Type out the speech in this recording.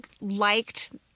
liked